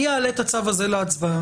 אני אעלה את הצו הזה להצבעה,